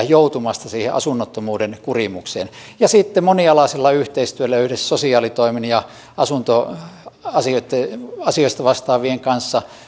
joutumasta siihen asunnottomuuden kurimukseen sitten monialaisella yhteistyöllä yhdessä sosiaalitoimen ja asuntoasioista vastaavien kanssa